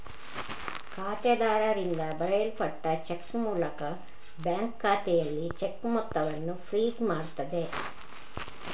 ಖಾತೆದಾರರಿಂದ ಬರೆಯಲ್ಪಟ್ಟ ಚೆಕ್ ಮೂಲಕ ಬ್ಯಾಂಕು ಖಾತೆಯಲ್ಲಿ ಚೆಕ್ ಮೊತ್ತವನ್ನ ಫ್ರೀಜ್ ಮಾಡ್ತದೆ